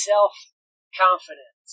Self-confidence